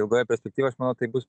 ilgoje perspektyvoj aš manau tai bus